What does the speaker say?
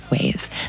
ways